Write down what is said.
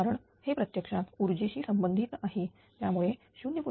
कारण हे प्रत्यक्षात ऊर्जेशी संबंधित आहे त्यामुळेच 0